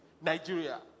Nigeria